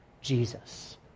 Jesus